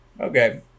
Okay